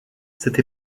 cette